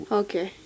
okay